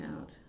out